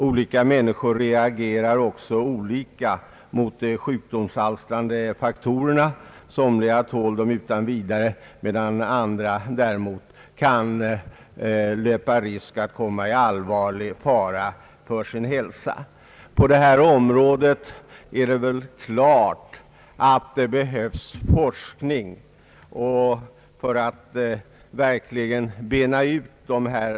Olika människor reagerar också olika mot de sjukdomsalstrande faktorerna — somliga tål dem utan vidare, medan andra kan löpa risk att komma i allvarlig fara för sin hälsa. Det är väl klart att forskning behövs på detta område för att verkligen bena ut problemen.